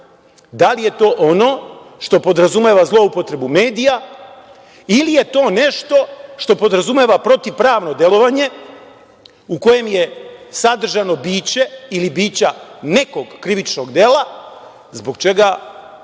da li je to ono što podrazumeva zloupotrebu medija ili je to nešto što podrazumeva protivpravno delovanje u kojem je sadržano biće ili bića nekog krivičnog dela zbog čega